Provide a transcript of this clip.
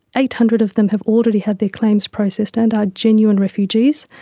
eight hundred of them have already had their claims processed and are genuine refugees.